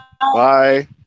Bye